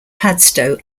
padstow